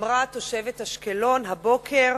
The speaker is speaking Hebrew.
אמרה תושבת אשקלון הבוקר.